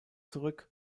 zurück